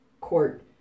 court